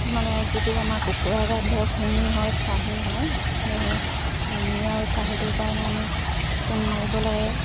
মানে যিটো আমাৰ কুকুৰা গাত ধৰক হুমি হয় চাহী হয় হুমি আৰু চাহীটোৰ কাৰণে আমি চূণ মাৰিব লাগে